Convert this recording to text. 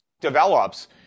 develops